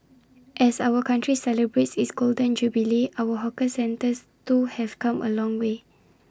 as our country celebrates its Golden Jubilee our hawker centres too have come A long way